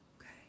Okay